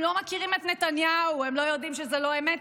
הם לא מכירים את נתניהו, הם לא יודעים שזה לא אמת.